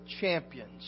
champions